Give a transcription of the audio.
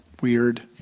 weird